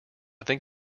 think